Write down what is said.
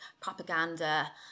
propaganda